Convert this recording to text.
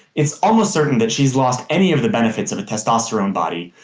it's almost certain that she's lost any of the benefits of a testosterone body,